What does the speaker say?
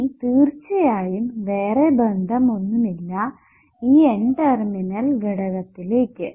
ഇനി തീർച്ചയായും വേറെ ബന്ധം ഒന്നുമില്ല ഈ N ടെർമിനൽ ഘടകത്തിലേക്ക്